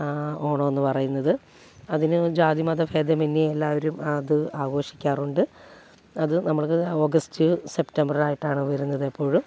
ഓണമെന്ന് പറയുന്നത് അതിന് ജാതിമത ഭേദമന്യേ എല്ലാവരും അത് ആഘോഷിക്കാറുണ്ട് അത് നമ്മൾക്ക് ഓഗസ്റ്റ് സെപ്റ്റംബറിലായിട്ടാണ് വരുന്നത് എപ്പോഴും